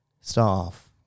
staff